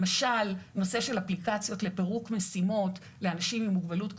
למשל נושא של אפליקציות לפירוק משימות לאנשים עם מוגבלות קוגנטיבית,